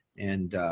and